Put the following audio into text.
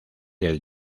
del